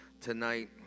tonight